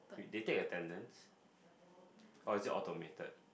but